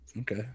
Okay